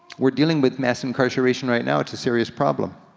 we're dealing with mass incarceration right now, it's a serious problem.